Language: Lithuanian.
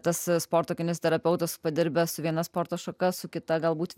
tas sporto kineziterapeutas padirbęs viena sporto šaka su kita galbūt